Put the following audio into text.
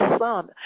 son